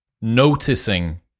noticing